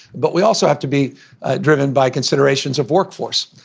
but we also have to be driven by considerations of workforce.